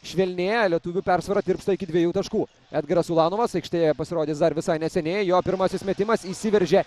švelnėja lietuvių persvara tirpsta iki dviejų taškų edgaras ulanovas aikštėje pasirodys dar visai neseniai jo pirmasis metimas įsiveržia